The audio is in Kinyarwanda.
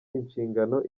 inshingano